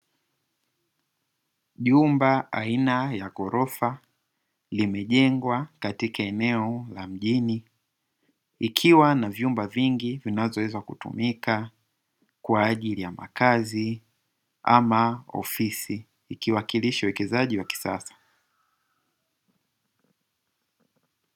Jumba aina ya ghorofa limejengwa katika eneo la mjini likiwa na vyumba vingi vinavyoweza kutumika kwa ajili ya makazi ama ofisi ikiwakilisha uwekezaji wa kisasa.